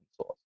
source